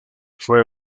fue